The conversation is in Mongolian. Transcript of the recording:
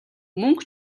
мөнгө